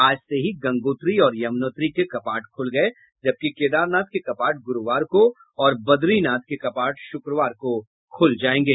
आज से ही गंगोत्री और यमुनौत्री के कपाट खुल गये जबकि केदारनाथ के कपाट ग्रूवार को और बद्रीनाथ के कपाट शुक्रवार को खूलेंगे